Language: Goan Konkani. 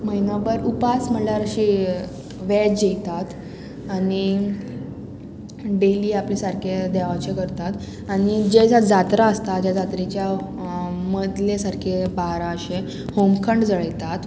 म्हयनोभर उपास म्हणल्यार अशी वॅज जेयतात आनी डेली आपले सारके देवाचे करतात आनी जे दिसा जात्रा आसता ज्या जात्रेच्या मदले सारके बारा अशे होमखंड जळयतात